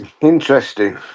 Interesting